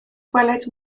gweled